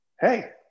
Hey